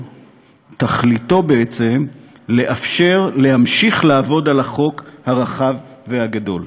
תכליתו בעצם לאפשר להמשיך לעבוד על החוק הרחב והגדול,